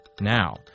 Now